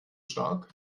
stark